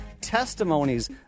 testimonies